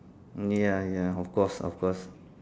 ya ya of course of course